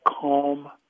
calm